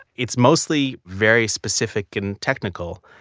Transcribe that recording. it's mostly very specific and technical.